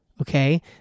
okay